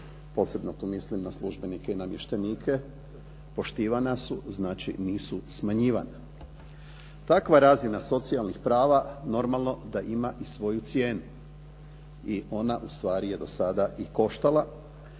Posebno tu mislim na službenike i namještenike poštivana su. Znači, nisu smanjivana. Takva razina socijalnih prava normalno da ima i svoju cijenu i ona u stvari je do sada i koštala.